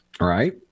right